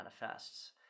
manifests